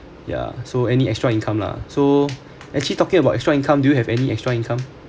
ya so any extra income lah so actually talking about extra income do you have any extra income